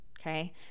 Okay